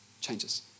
changes